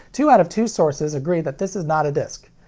two out of two sources agree that this is not a disc.